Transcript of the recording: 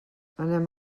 anem